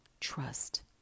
trust